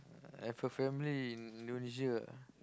I've a family in Indonesia